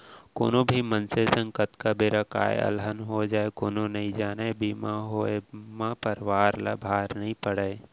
कोनो भी मनसे संग कतका बेर काय अलहन हो जाय कोनो नइ जानय बीमा होवब म परवार ल भार नइ पड़य